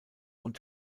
und